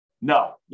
No